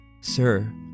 Sir